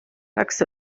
läks